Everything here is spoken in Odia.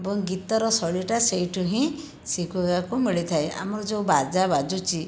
ଏବଂ ଗୀତର ଶୈଳୀଟା ସେହିଠୁ ହିଁ ଶିଖିବାକୁ ମିଳିଥାଏ ଆମର ଯେଉଁ ବାଜା ବାଜୁଛି